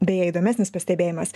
beje įdomesnis pastebėjimas